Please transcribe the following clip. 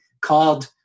called